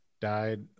died